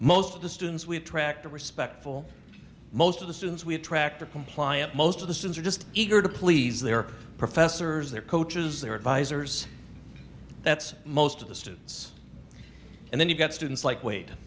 most of the students we attract are respectful most of the students we attract are compliant most of the sims are just eager to please their professors their coaches their advisors that's most of the students and then you get students like w